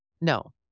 No